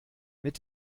mit